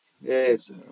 Yes